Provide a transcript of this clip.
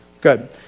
Good